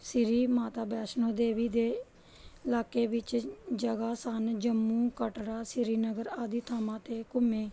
ਸ਼੍ਰੀ ਮਾਤਾ ਵੈਸ਼ਨੋ ਦੇਵੀ ਦੇ ਇਲਾਕੇ ਵਿੱਚ ਜਗ੍ਹਾ ਸਨ ਜੰਮੂ ਕਟਰਾ ਸ਼੍ਰੀਨਗਰ ਆਦਿ ਥਾਵਾਂ 'ਤੇ ਘੁੰਮੇ